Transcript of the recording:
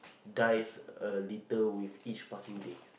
dies a little with each passing day